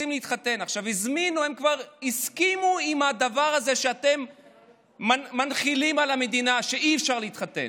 הם כבר הסכימו לדבר הזה שאתם מנחילים למדינה שאי-אפשר להתחתן.